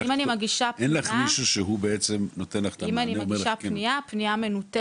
אין לך מישהו שהוא בעצם נותן לך את המענה.